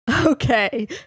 okay